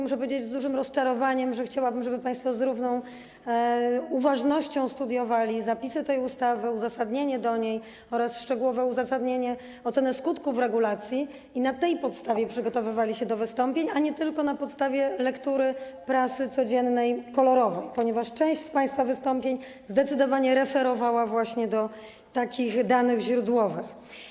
Muszę powiedzieć z dużym rozczarowaniem, że chciałabym, żeby państwo z równą uważnością studiowali zapisy tej ustawy, uzasadnienie do niej oraz szczegółowe uzasadnienie oceny skutków regulacji i na tej podstawie przygotowywali się do wystąpień, a nie tylko na podstawie lektury codziennej prasy kolorowej, ponieważ część z państwa zdecydowanie referowała właśnie takie dane źródłowe.